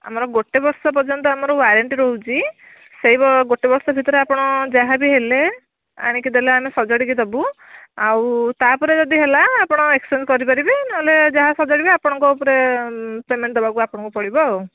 ଆମର ଗୋଟେ ବର୍ଷ ପର୍ଯ୍ୟନ୍ତ ଆମର ୱାରେଣ୍ଟି ରହୁଛି ସେହି ଗୋଟେ ବର୍ଷ ଭିତରେ ଆପଣ ଯାହାବି ହେଲେ ଆଣିକି ଦେଲେ ଆମେ ସଜାଡ଼ିକି ଦେବୁ ଆଉ ତାପରେ ଯଦି ହେଲା ଆପଣ ଏକ୍ସଚେଞ୍ଜ୍ କରିପାରିବେ ନହେଲେ ଯାହା ସଜାଡ଼ିବେ ଆପଣଙ୍କ ଉପରେ ପେମେଣ୍ଟ୍ ଦେବାକୁ ଆପଣଙ୍କୁ ପଡ଼ିବ ଆଉ